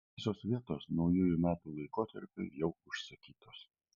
visos vietos naujųjų metų laikotarpiui jau užsakytos